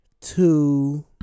Two